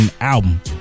album